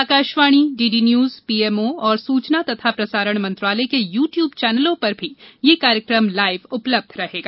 Akashvani D D news PMO और सूचना तथा प्रसारण मंत्रालय के यू ट्यूब चैनलों पर भी यह कार्यक्रम लाइव उपलब्ध रहेगा